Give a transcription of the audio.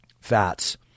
fats